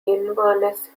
inverness